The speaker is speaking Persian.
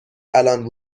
الان